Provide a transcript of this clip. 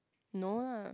no lah